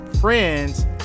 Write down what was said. friends